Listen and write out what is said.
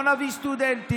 בוא נביא סטודנטים,